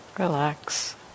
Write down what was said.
Relax